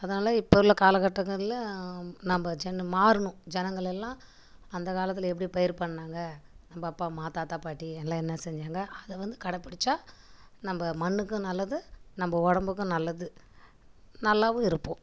அதனால இப்போ உள்ள காலக்கட்டங்களில் நம்ம சின்ன மாறணும் ஜனங்களெல்லாம் அந்த காலத்தில் எப்படி பயிர் பண்ணாங்க நம்ம அப்பா அம்மா தாத்தா பாட்டி எல்லாம் என்ன செஞ்சாங்க அதை வந்து கடைப்பிடிச்சா நம்ம மண்ணுக்கும் நல்லது நம்ம உடம்புக்கும் நல்லது நல்லாவும் இருப்போம்